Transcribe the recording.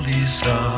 Lisa